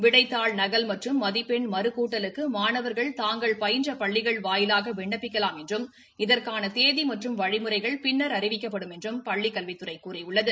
விடைத்தாள் நகல் மற்றும் மதிப்பெண் மறுக்கூட்டலுக்கு மாணவர்கள் தாங்கள் பயின்ற பள்ளிகள் வாயிலாக விண்ணப்பிக்கலாம் என்றும் இதற்கான தேதி மற்றும் வழிமுறைகள் பின்னா் அறிவிக்கப்படும் என்று பள்ளிக் கல்வித்துறை கூறியுள்ளது